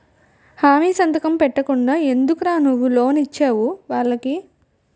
హామీ సంతకం పెట్టకుండా ఎందుకురా నువ్వు లోన్ ఇచ్చేవు వాళ్ళకి